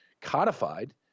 codified